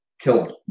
killed